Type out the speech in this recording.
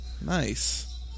Nice